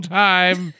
time